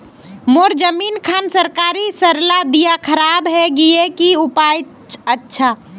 मोर जमीन खान सरकारी सरला दीया खराब है गहिये की उपाय अच्छा?